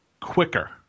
quicker